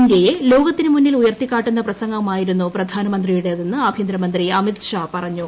ഇന്ത്യയെ ലോകത്തിന് മുന്നിൽ ഉയർത്തിക്കാട്ടുന്ന പ്രസംഗമായിരുന്നു പ്രധാനമന്ത്രിയുടേതെന്ന് ആഭ്യന്തരമന്ത്രി അമിത് ഷാ പറഞ്ഞു